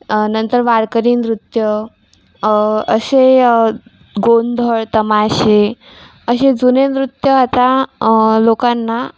नंतर वारकरी नृत्य असे गोंधळ तमाशे असे जुने नृत्य आता लोकांना